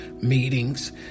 meetings